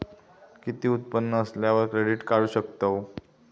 किती उत्पन्न असल्यावर क्रेडीट काढू शकतव?